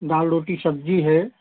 दाल रोटी सब्जी है